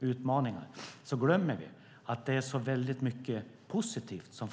utmaningar, som vi ska göra, tycker jag ändå att vi glömmer att det görs så väldigt mycket positivt.